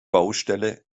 baustelle